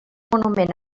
monument